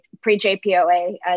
pre-JPOA